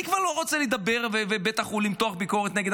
אני כבר לא רוצה לדבר ולמתוח ביקורת נגד